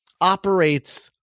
operates